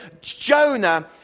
Jonah